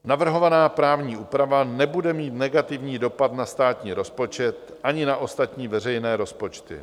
Navrhovaná právní úprava nebude mít negativní dopad na státní rozpočet ani na ostatní veřejné rozpočty.